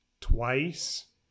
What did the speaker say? twice